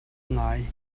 ngai